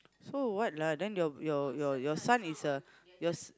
so what lah then your your your your son is a your s~